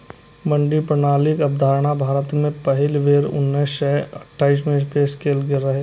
मंडी प्रणालीक अवधारणा भारत मे पहिल बेर उन्नैस सय अट्ठाइस मे पेश कैल गेल रहै